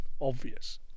obvious